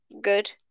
good